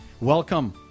Welcome